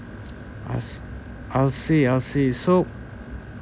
I I'll see I'll see so